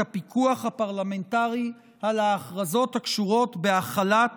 הפיקוח הפרלמנטרי על ההכרזות הקשורות בהחלת